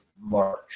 March